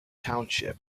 township